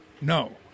No